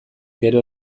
gero